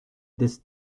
des